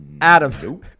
Adam